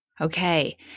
Okay